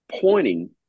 pointing –